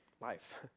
life